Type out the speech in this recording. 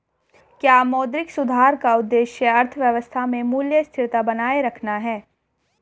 क्या मौद्रिक सुधार का उद्देश्य अर्थव्यवस्था में मूल्य स्थिरता बनाए रखना है?